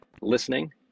listening